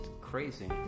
crazy